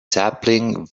sapling